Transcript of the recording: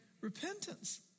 repentance